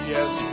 Yes